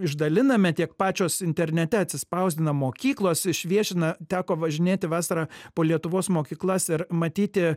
išdaliname tiek pačios internete atsispausdina mokyklos išviešina teko važinėti vasarą po lietuvos mokyklas ir matyti